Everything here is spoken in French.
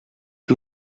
que